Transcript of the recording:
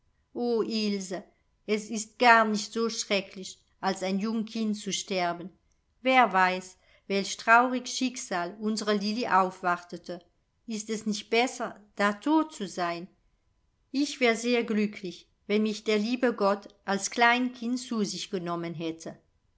o ilse es ist gar nicht so schrecklich als ein jung kind zu sterben wer weiß welch traurig schicksal unsre lilli aufwartete ist es nicht besser da tot zu sein ich wär sehr glücklich wenn mich der liebe gott als klein kind zu sich genommen hätte